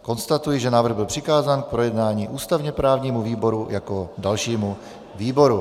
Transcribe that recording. Konstatuji, že návrh byl přikázán k projednání ústavněprávnímu výboru jako dalšímu výboru.